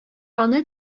аны